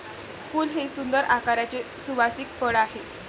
फूल हे सुंदर आकाराचे सुवासिक फळ आहे